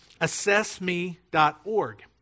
assessme.org